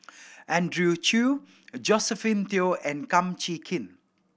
Andrew Chew Josephine Teo and Kum Chee Kin